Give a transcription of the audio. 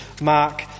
Mark